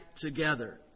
together